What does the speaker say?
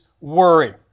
worry